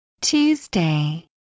Tuesday